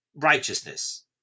righteousness